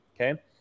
okay